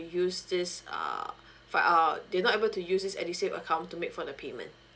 use this uh via uh they're not able to use this edusave account to make for the payment